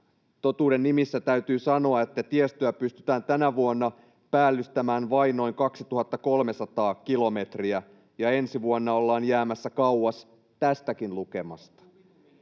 totuuden nimissä täytyy sanoa, että tiestöä pystytään tänä vuonna päällystämään vain noin 2 300 kilometriä ja ensi vuonna ollaan jäämässä kauas tästäkin lukemasta.